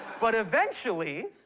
but eventually.